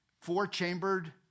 four-chambered